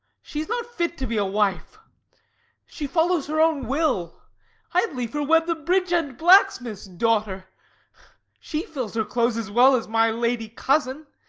she is not fit to be a wife she follows her own will. i had liefer wed the bridge-end blacksmith's daughter she fills her clothes as well as my lady cousin,